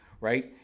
right